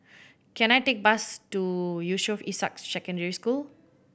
can I take bus to Yusof Ishak Secondary School